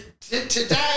Today